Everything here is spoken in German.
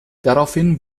daraufhin